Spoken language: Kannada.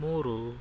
ಮೂರು